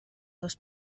seus